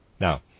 Now